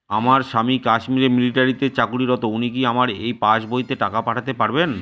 আমার স্বামী কাশ্মীরে মিলিটারিতে চাকুরিরত উনি কি আমার এই পাসবইতে টাকা পাঠাতে পারবেন?